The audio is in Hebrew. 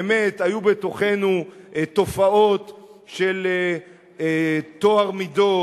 באמת, היו בתוכנו תופעות של חוסר טוהר מידות,